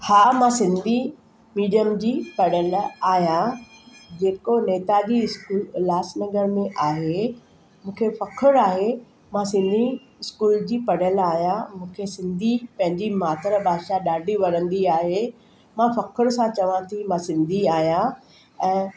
हा मां सिंधी मीडियम जी पढ़ियलु आहियां जेको नेताजी स्कूल उल्हासनगर में आहे मूंखे फ़ख़्रु आहे मां सिंधी स्कूल जी पढ़ियलु आहियां मूंखे सिंधी पंहिंजी मात्रभाषा ॾाढी वणंदी आहे मां फ़ख़्र सां चवां थी मां सिंधी आहियां ऐं